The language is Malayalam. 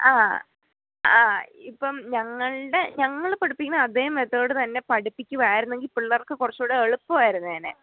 ആ ആ ഇപ്പം ഞങ്ങളുടെ ഞങ്ങൾ പഠിപ്പിക്കുന്ന അതേ മെത്തേട് തന്നെ പഠിപ്പിക്കുമായിരുന്നെങ്കിൽ പിള്ളേർക്ക് കുറച്ചുടെ എളുപ്പമായിരുന്നേനെ